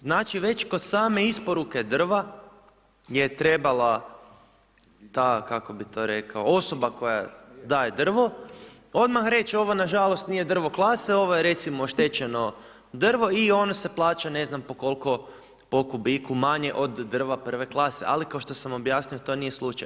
Znači već kod same isporuke drva je trebala ta kako bi rekao, osoba koja daje drvo odmah reći ovo nažalost nije drvo klase, ovo je recimo oštećeno drvo i ono se plaća, ne znam po koliko, po kubiku manje od drva I. klase ali kao što sam objasnio, to nije slučaj.